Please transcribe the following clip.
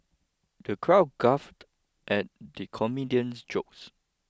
the crowd guffawed at the comedian's jokes